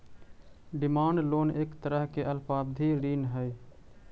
demand loan एक तरह के अल्पावधि ऋण हइ